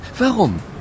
Warum